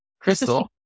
Crystal